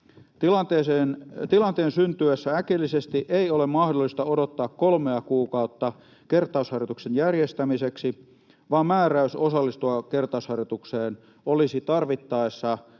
Tilanteen syntyessä äkillisesti ei ole mahdollista odottaa kolmea kuukautta kertausharjoituksen järjestämiseksi, vaan määräys osallistua kertausharjoitukseen olisi tarvittaessa lähetettävä